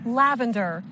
lavender